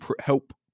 help